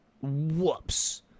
Whoops